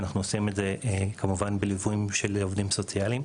שנעשה כמובן בליווי של עובדים סוציאליים,